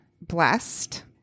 blessed